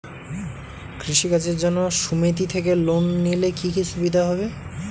কৃষি কাজের জন্য সুমেতি থেকে লোন নিলে কি কি সুবিধা হবে?